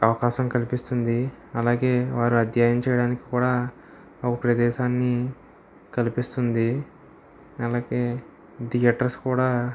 అవకాశం కల్పిస్తుంది అలాగే వారు అధ్యయనం చేయడానికి కూడా ఒక ప్రదేశాన్ని కల్పిస్తుంది నెలకి థియేటర్స్ కూడా